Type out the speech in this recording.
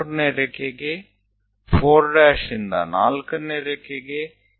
ત્યાંથી 4 થી ચોથી લીટી